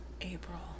April